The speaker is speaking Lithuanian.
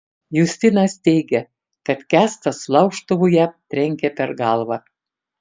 justinas teigia kad kęstas laužtuvu jam trenkė per galvą